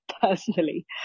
personally